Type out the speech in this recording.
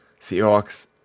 Seahawks